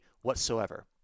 whatsoever